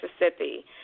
Mississippi